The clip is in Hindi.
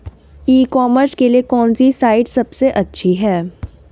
ई कॉमर्स के लिए कौनसी साइट सबसे अच्छी है?